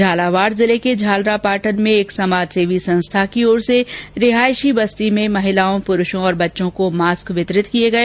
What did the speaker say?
झालावाड़ जिले के झालरापाटन में एक समाजसेवी संस्था की ओर से रिहायशी बस्ती में महिलाओं पुरूषों और बच्चों को मास्क वितरित किए गए